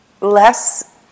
Less